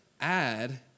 add